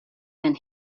been